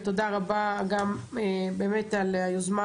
תודה רבה באמת על היוזמה,